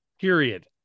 period